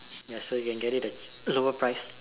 ya so you can get it the lower price